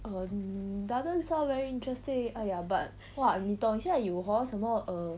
um doesn't sound very interesting !aiya! but !wah! 你懂现在有 hor 什么 err